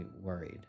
worried